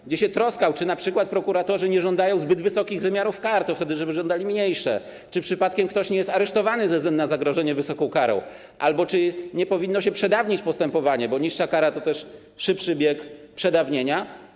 Troskał się o to, czy np. prokuratorzy nie żądają zbyt wysokich wymiarów kar, bo chodziło o to, żeby żądali mniejszych, czy przypadkiem ktoś nie jest aresztowany ze względu na zagrożenie wysoką karą albo czy nie powinno się przedawnić postępowania, bo niższa kara to też szybszy bieg przedawnienia.